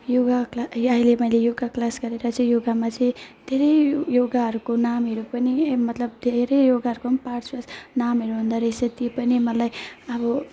yoga class अहिले मैले yoga class गरेर चाहिँ योगामा चाहिँ धेरै योगाहरूको नामहरू पनि मतलब धेरै योगाहरूको पनि पार्ट्स नामहरू हुँदोरहेछ त्यो पनि मलाई अब